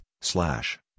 slash